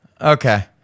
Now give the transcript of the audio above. Okay